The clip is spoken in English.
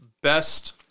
Best